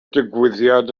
digwyddiad